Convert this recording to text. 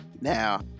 Now